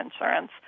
insurance